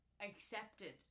accepted